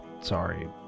Sorry